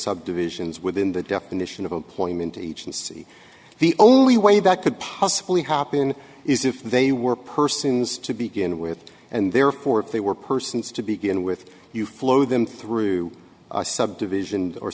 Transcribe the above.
subdivisions within the definition of employment agency the only way that could possibly happen is if they were persons to begin with and therefore if they were persons to begin with you flow them through a subdivision or